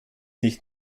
nicht